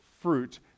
fruit